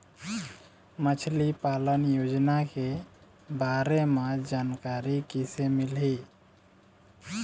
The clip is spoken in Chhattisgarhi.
मछली पालन योजना के बारे म जानकारी किसे मिलही?